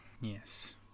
yes